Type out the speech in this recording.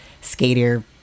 skater